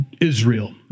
Israel